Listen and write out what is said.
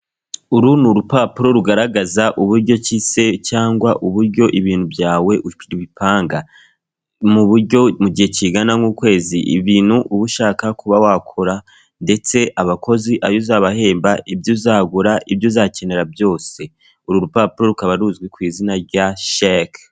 Uru ni urupapuro rugaragaza uburyo kise cyangwa uburyo ibintu byawe ukibipanga mu buryo mu gihe kingana nk'ukwezi, ibintu uba ushaka kuba wakora ndetse abakozi ayo uzabahemba, ibyo uzagura, ibyo uzakenera byose, uru rupapuro rukaba ruzwi ku izina rya sheke.